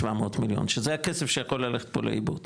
מיליארד שזה הכסף שיכול ללכת פה לאיבוד,